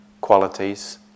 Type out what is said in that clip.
qualities